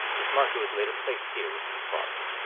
this marker was later placed here with his father.